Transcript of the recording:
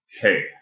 Hey